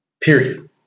Period